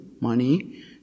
money